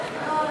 ולשכתו,